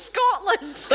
Scotland